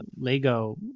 Lego